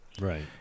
right